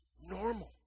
normal